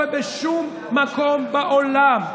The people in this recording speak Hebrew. הדבר הזה לא קורה בשום מקום בעולם.